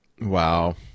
wow